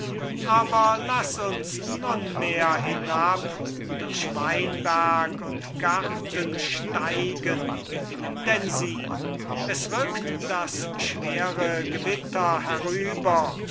aber laß uns nunmehr hinab durch weinberg und garten steigen denn sieh es rückt das schwere gewitter herüber